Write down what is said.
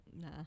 Nah